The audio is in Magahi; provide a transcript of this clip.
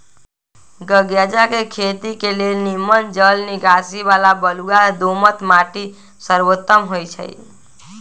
गञजा के खेती के लेल निम्मन जल निकासी बला बलुआ दोमट माटि सर्वोत्तम होइ छइ